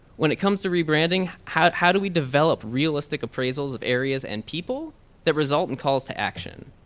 when it comes to rebranding, how how do we develop realistic appraisals of areas and people that result in calls to action?